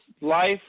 life